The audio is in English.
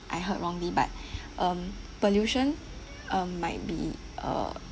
I heard wrongly but um pollution um might be uh